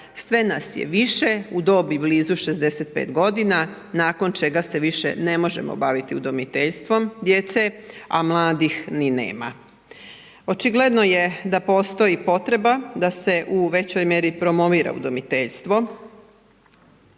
sve nas je više u dobi blizu 65 godina, nakon čega se više ne možemo baviti udomiteljstvom djece, a mladih ni nema. Očigledno je da postoji potreba da se u većoj mjeri promovira udomiteljstvo